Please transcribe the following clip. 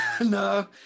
No